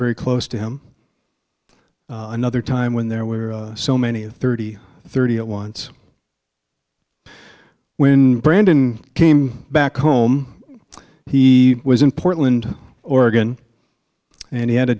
very close to him another time when there were so many of thirty thirty at once when brandon came back home he was in portland oregon and he had a